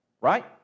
Right